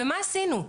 ומה עשינו?